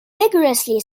vigorously